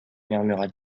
murmura